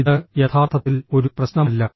ഇത് യഥാർത്ഥത്തിൽ ഒരു പ്രശ്നമല്ല